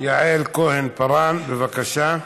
יעל כהן-פארן, בבקשה.